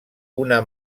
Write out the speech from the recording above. una